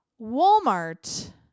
Walmart